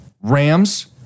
Rams